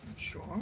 sure